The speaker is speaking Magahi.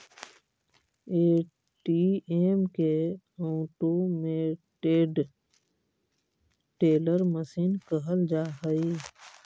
ए.टी.एम के ऑटोमेटेड टेलर मशीन कहल जा हइ